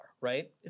right